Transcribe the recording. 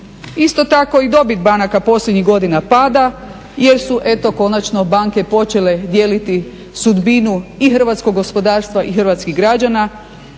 Isto tako i dobit banaka posljednjih godina pada jer su eto konačno banke počele dijeliti sudbinu i hrvatskog gospodarstva i hrvatskih građana,